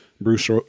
Bruce